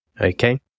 Okay